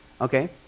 Okay